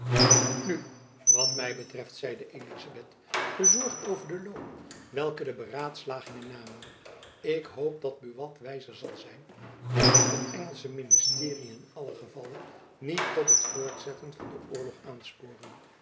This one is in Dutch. nu wat my betreft zeide elizabeth bezorgd over den loop welken de beraadslagingen namen ik hoop dat buat wijzer zal zijn en het engelsche ministerie in allen gevalle niet tot het voortzetten van den oorlog aansporen